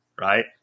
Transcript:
right